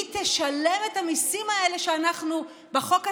מי תשלם את המיסים האלה שאנחנו בחוק הזה,